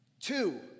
Two